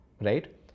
right